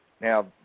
Now